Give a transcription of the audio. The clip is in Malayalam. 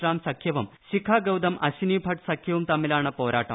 റാം സഖ്യവും ശിഖാ ഗൌതം അശ്ചിനിഭട്ട് സഖ്യവും തമ്മിലാണ് പോരാട്ടം